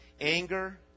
Anger